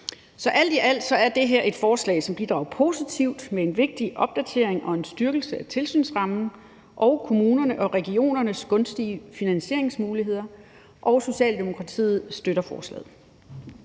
Så alt i alt er det her et forslag, som bidrager positivt med en vigtig opdatering og en styrkelse af tilsynsrammen og kommunerne og regionernes gunstige finansieringsmuligheder, og Socialdemokratiet støtter forslaget.